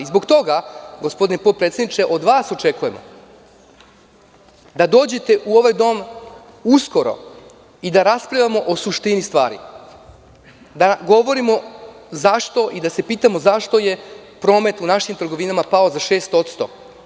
Zbog toga, gospodine potpredsedniče, od vas očekujemo da dođete u ovaj dom uskoro i da raspravljamo o suštini stvari, da govorimo zašto i da se pitamo zašto je promet u našim trgovinama pao za 6%